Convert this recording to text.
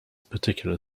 particular